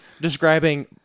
describing